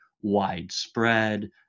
widespread